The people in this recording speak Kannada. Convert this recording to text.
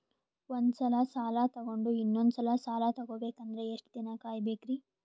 ಒಂದ್ಸಲ ಸಾಲ ತಗೊಂಡು ಇನ್ನೊಂದ್ ಸಲ ಸಾಲ ತಗೊಬೇಕಂದ್ರೆ ಎಷ್ಟ್ ದಿನ ಕಾಯ್ಬೇಕ್ರಿ?